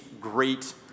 great